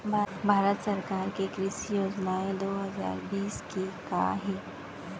भारत सरकार के कृषि योजनाएं दो हजार बीस के का हे?